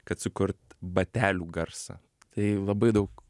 kad sukurt batelių garsą tai labai daug